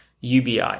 UBI